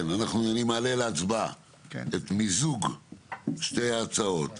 אני מעלה להצבעה את מיזוג שתי ההצעות,